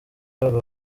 abagabo